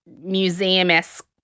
museum-esque